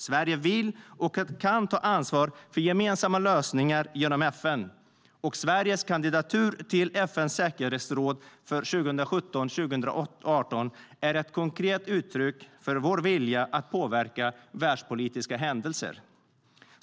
Sverige vill och kan ta ansvar för gemensamma lösningar genom FN. Sveriges kandidatur till FN:s säkerhetsråd 2017-2018 är ett konkret uttryck för vår vilja att påverka världspolitiska händelser.